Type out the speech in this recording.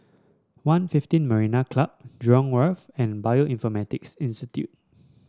One fifteen Marina Club Jurong Wharf and Bioinformatics Institute